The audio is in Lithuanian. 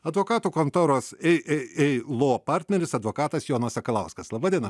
advokatų kontoros ei ei ei lo partneris advokatas jonas sakalauskas laba diena